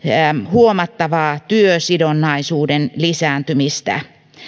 huomattavaa työsidonnaisuuden lisääntymistä